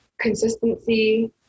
consistency